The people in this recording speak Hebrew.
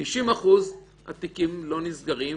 ש-90% התיקים לא נסגרים.